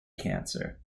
cancer